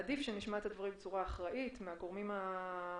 עדיף שנשמע את הדברים בצורה אחראית מן הגורמים הנכונים